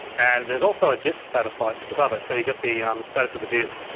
and there's also a disk status light just above it. so you get the status of the disk.